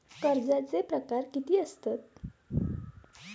कर्जाचे प्रकार कीती असतत?